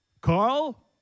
Carl